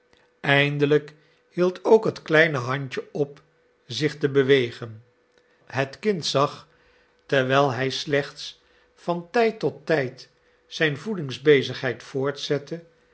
eindelijk hield ook het kleine handje op zich te bewegen het kind zag terwijl hij slechts van tijd tot tijd zijn voedingsbezigheid voortzette